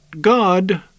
God